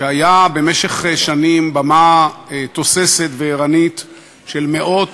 שהיה במשך שנים במה תוססת וערנית של מאות